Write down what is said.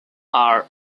are